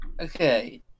Okay